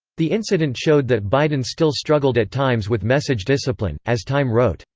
the incident showed that biden still struggled at times with message discipline as time wrote,